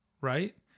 Right